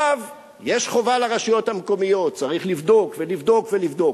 יש חובה לרשויות וצריך לבדוק ולבדוק ולבדוק.